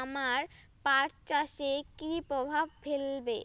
আমার পাট চাষে কী প্রভাব ফেলবে?